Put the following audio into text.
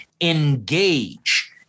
engage